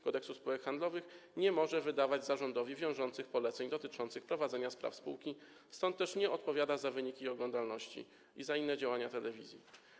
Kodeksu spółek handlowych nie może wydawać zarządowi wiążących poleceń dotyczących prowadzenia spraw spółki, stąd też nie odpowiada za wyniki oglądalności i za inne działania telewizji.